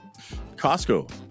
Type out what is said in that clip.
Costco